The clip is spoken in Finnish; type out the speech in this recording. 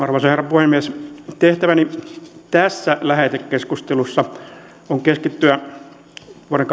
arvoisa herra puhemies tehtäväni tässä lähetekeskustelussa on on